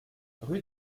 rue